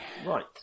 Right